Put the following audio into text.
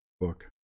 book